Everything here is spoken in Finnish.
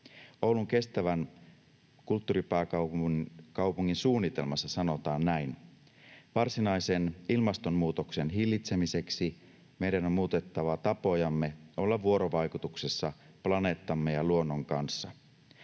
Oulun kestävän kulttuuripääkaupungin suunnitelmassa sanotaan näin: ”Varsinaisen ilmastonmuutoksen hillitsemiseksi meidän on muutettava tapojamme olla vuorovaikutuksessa planeettamme ja luonnon kanssa.